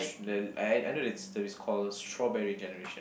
the I I I know it's that is call strawberry generation